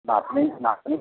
নাতনি নাতনি